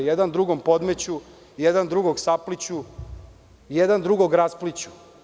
Jedan drugom podmeću, jedan drugog sapliću i jedan drugog raspliću.